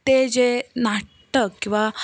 ते जे नाटक किंवा